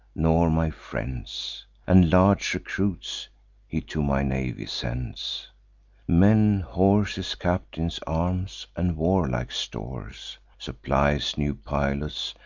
nor my friends and large recruits he to my navy sends men, horses, captains, arms, and warlike stores supplies new pilots,